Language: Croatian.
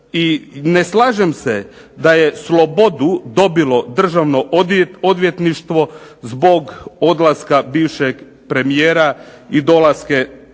I ne slažem se da je slobodu dobilo Državno odvjetništvo zbog odlaska bivšeg premijera i dolaska